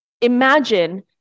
imagine